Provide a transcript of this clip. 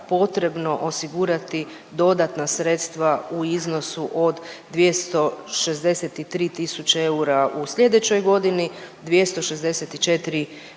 potrebno osigurati dodatna sredstva u iznosu od 263000 eura u sljedećoj godini, 264000